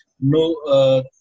No